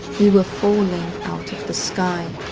we were falling out of the sky.